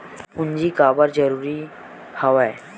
पूंजी काबर जरूरी हवय?